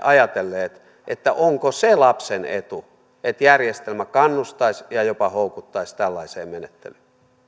ajatelleet sitä onko se lapsen etu että järjestelmä kannustaisi ja jopa houkuttaisi tällaiseen menettelyyn